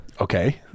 Okay